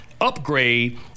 Upgrade